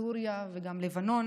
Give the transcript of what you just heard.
סוריה וגם לבנון,